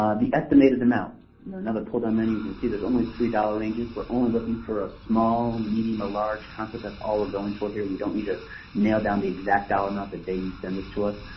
um the estimated amount. in another pull-down menu, you can see there's only three dollar ranges. we're only looking for a small, medium or large concept. that's all we're going for here. we don't need to nail down the exact dollar amount the day you send this to us.